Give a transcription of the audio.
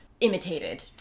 imitated